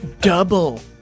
double